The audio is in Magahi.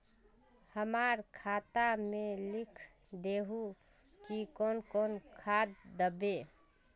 हमरा खाता में लिख दहु की कौन कौन खाद दबे?